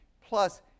Plus